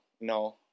No